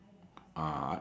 ah